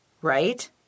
Right